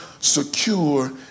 secure